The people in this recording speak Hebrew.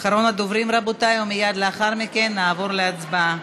אחרון הדוברים, רבותי, ומייד לאחר נעבור להצבעה.